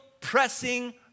pressing